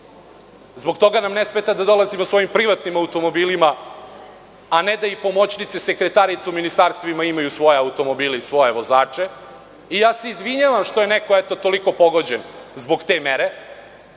Zbog toga nam ne smeta da dolazimo svojim privatnim automobila, a ne i da pomoćnice sekretarica u ministarstvima imaju svoje automobile i svoje vozače. Izvinjavam se što je neko eto toliko pogođen zbog te mere.